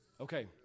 Okay